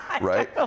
Right